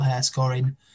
scoring